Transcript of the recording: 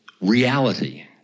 reality